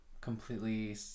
completely